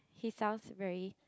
he sounds very